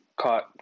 caught